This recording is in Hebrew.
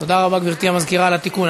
תודה רבה, גברתי המזכירה, על התיקון.